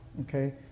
okay